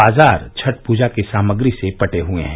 बाजार छठ पूजा की सामग्री से पटे हये हैं